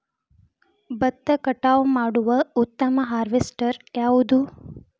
ಭತ್ತ ಕಟಾವು ಮಾಡುವ ಉತ್ತಮ ಹಾರ್ವೇಸ್ಟರ್ ಯಾವುದು?